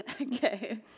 Okay